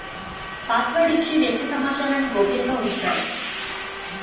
password ఇచ్చి వ్యక్తి సమాచారాన్ని గోప్యంగా ఉంచుతారు